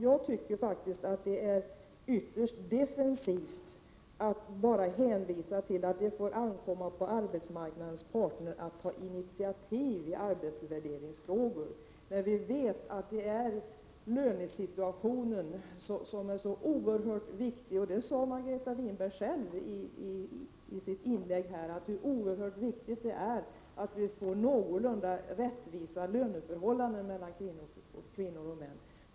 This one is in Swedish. Jag tycker faktiskt att det är ytterst defensivt att bara hänvisa till att det får ankomma på arbetsmarknadens parter att ta initiativ i arbetsvärderingsfrågor, när vi vet att lönesituationen är så oerhört viktig. Margareta Winberg nämnde själv i sitt inlägg hur oerhört viktigt det är att vi får någorlunda rättvisa löneförhållanden mellan kvinnor och män.